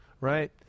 Right